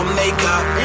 makeup